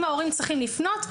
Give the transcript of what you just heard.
אם ההורים צריכים לפנות,